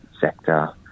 sector